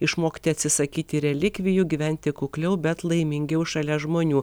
išmokti atsisakyti relikvijų gyventi kukliau bet laimingiau šalia žmonių